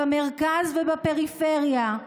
במרכז ובפריפריה.